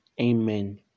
Amen